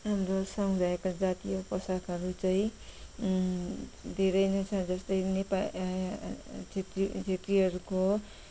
हाम्रो समुदायका जातीय पोसाकहरू चाहिँ धेरै नै छ जस्तै नेपा छेत्री छेत्रीहरूको